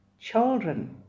children